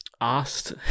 asked